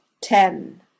ten